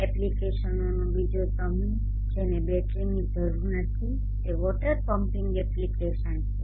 એપ્લિકેશનોનો બીજો સમૂહ જેને બેટરીની જરૂર નથી તે વોટર પમ્પિંગ એપ્લિકેશન છે